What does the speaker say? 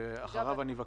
ואחריו אבקש,